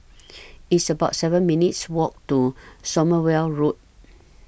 It's about seven minutes' Walk to Sommerville Road